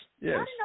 Yes